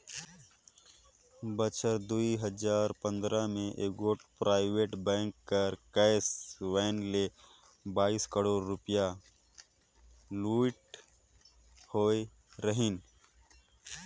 बछर दुई हजार पंदरा में एगोट पराइबेट बेंक कर कैस वैन ले बाइस करोड़ रूपिया लूइट होई रहिन